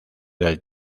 del